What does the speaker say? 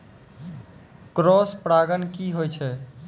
Cross परागण की होय छै?